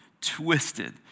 twisted